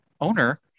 owner